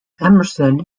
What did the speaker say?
emerson